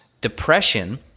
depression